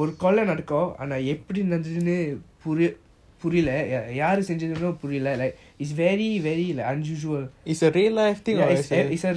ஒரு கொள்ள நாடாகும் ஆனா எப்பிடி நடந்துச்சின்னு புரிய யாரு செஞ்சதுனும் புரிய:oru kolla nadakum aana epidi nadanthuchinu purila yaaru senjathunum purila like is very very like unusual ya it's a